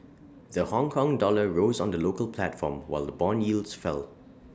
the Hongkong dollar rose on the local platform while Bond yields fell